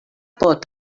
pot